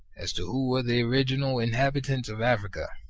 as to who were the original inhabitants of africa,